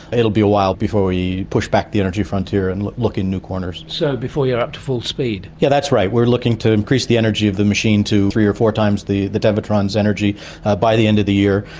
it will be a while before we push back the energy frontier and look in new corners. so, before you're up to full speed. yes, yeah that's right, we're looking to increase the energy of the machine to three or four times the the tevatron's energy by the end of the year,